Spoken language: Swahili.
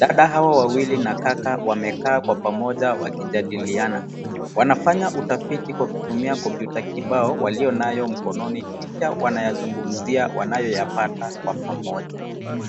Dada hawa wawili na kaka wamekaa kwa pamoja wakijadiliana. Wanafanya utafiti kwa kutumia kompyuta kibao waliyonayo mkononi, kisha wanayazungumzia wanayoyapata kwa pamoja.